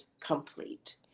complete